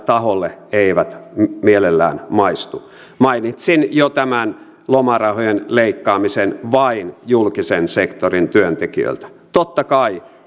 taholle eivät mielellään maistu mainitsin jo tämän lomarahojen leikkaamisen vain julkisen sektorin työntekijöiltä totta kai